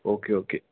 okay okay